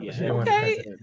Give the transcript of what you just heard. Okay